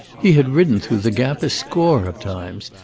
he had ridden through the gap a score of times,